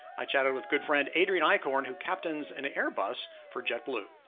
i chatted with good friend, adrian eichhorn, who captains and an airbus for jetblue.